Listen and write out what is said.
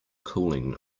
cooling